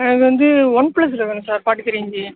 அது வந்து ஒன் பிளஸில் வரும் சார் ஃபாட்டி த்ரீ இன்ச்சு